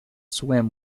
swim